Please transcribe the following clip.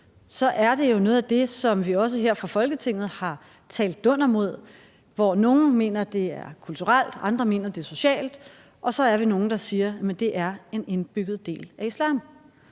vedrører det jo noget af det, som vi også her fra Folketingets side har talt dunder mod. Nogle mener, at det er kulturelt betinget, mens andre mener, at det er socialt betinget, og så er vi nogle, der siger: Det er en indbygget del af islam.